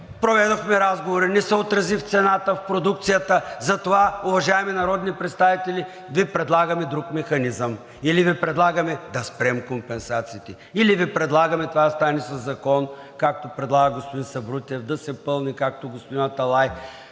проведохме разговори, не се отрази в цената, в продукцията, затова, уважаеми народни представители, Ви предлагаме друг механизъм, или Ви предлагаме да спрем компенсациите, или Ви предлагаме това да стане със закон, както предлага господин Сабрутев, да се пълни, както предлага